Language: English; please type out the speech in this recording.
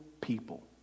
people